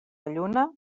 lluna